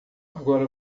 agora